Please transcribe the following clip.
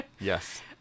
Yes